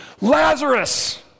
Lazarus